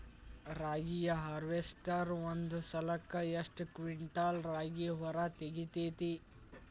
ರಾಗಿಯ ಹಾರ್ವೇಸ್ಟರ್ ಒಂದ್ ಸಲಕ್ಕ ಎಷ್ಟ್ ಕ್ವಿಂಟಾಲ್ ರಾಗಿ ಹೊರ ತೆಗಿತೈತಿ?